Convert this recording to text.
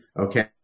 Okay